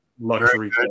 luxury